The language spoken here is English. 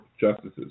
justices